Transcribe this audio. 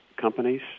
companies